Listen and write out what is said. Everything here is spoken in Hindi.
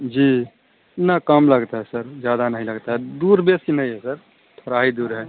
जी ना कम लगता है सर ज़्यादा नहीं लगता है दूर बेसी नहीं है सर थोड़ी ही दूर है